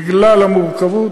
בגלל המורכבות,